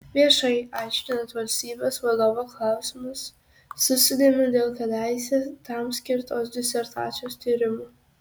viešai aiškinant valstybės vadovo klausimus susidomiu dėl kadaise tam skirtos disertacijos tyrimų